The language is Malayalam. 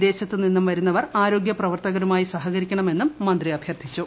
വിദ്യ്ശത്തു നിന്നും വരുന്നവർ ആരോഗ്യ പ്രവർത്തകരുമായി സഹകരിക്കണമെന്നും മന്ത്രി അഭ്യർഥിച്ചു